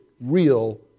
real